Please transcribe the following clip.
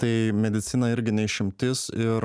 tai medicina irgi ne išimtis ir